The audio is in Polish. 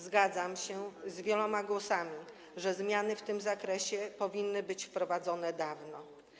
Zgadzam się z wieloma głosami, że zmiany w tym zakresie powinny być wprowadzone dawno.